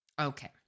Okay